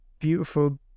beautiful